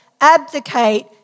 abdicate